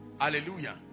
hallelujah